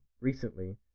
recently